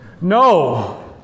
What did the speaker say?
No